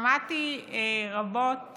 שמעתי רבות